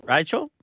Rachel